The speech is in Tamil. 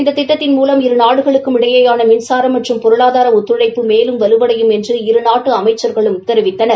இந்த திட்டத்தின் மூலம் இரு நாடுகளுக்கும் இடையேயான மின்சார மற்றும் பொருளாதார ஒத்துழைப்பு மேலும் வலுவடையும் என்று இரு நாட்டு அமைச்சர்களும் தெரிவித்தனர்